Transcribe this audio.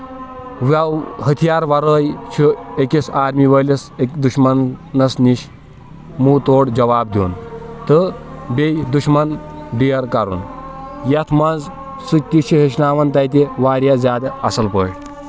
well ۂتھیار وَرٲے چھِ أکِس آرمی وٲلِس دُشمَنَس نِش مُہ توڑ جَواب دِیُن تہٕ بیٚیہِ دُشمَن ڈیر کَرُن یَتھ منٛز سُہ تہِ چھِ ہیچھناوَن تَتہِ واریاہ زیادٕ اصٕل پٲٹھۍ